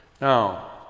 Now